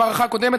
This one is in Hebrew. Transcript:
במערכה הקודמת,